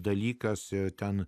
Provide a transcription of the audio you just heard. dalykas ir ten